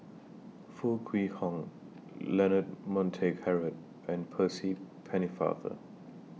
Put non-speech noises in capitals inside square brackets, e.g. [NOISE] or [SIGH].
[NOISE] Foo Kwee Horng Leonard Montague Harrod and Percy Pennefather